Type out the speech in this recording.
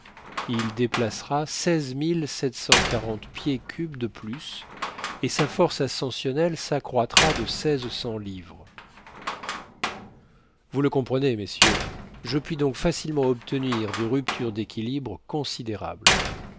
il déplacera seize mille sept cent quarante pieds cubes de plus et sa force ascensionnelle s'accroîtra de seize cents livres vous le comprenez messieurs je puis donc facilement obtenir des ruptures d'équilibre considérables